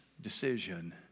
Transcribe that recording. decision